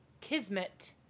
Kismet